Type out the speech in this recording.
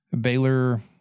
Baylor